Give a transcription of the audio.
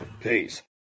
Peace